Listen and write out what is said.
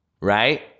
Right